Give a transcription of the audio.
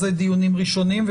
זה נתון לגבי מעצרים.